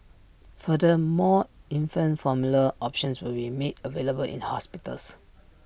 further more infant formula options will be made available in hospitals